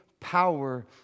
power